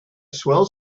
swell